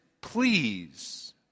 please